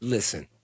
Listen